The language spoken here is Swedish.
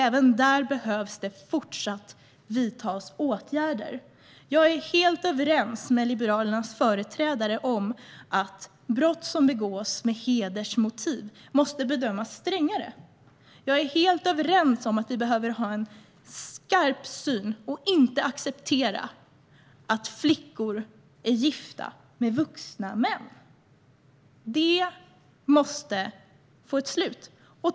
Även där behöver det vidtas ytterligare åtgärder. Jag är helt överens med Liberalernas företrädare om att brott som begås med hedersmotiv måste bedömas strängare. Jag håller helt med om att vi behöver ha en skarp syn och inte acceptera att flickor är gifta med vuxna män. Det måste få ett slut.